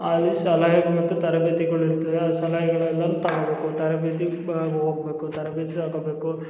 ಅಲ್ಲಿ ಸಲಹೆ ಮತ್ತು ತರಬೇತಿಗಳಿರ್ತದೆ ಆ ಸಲಹೆಗಳೆಲ್ಲನೂ ತಗೊಬೇಕು ತರಬೇತಿ ಮಾ ಹೋಗಬೇಕು ತರಬೇತಿ ತಗೊಬೇಕು